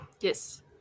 Yes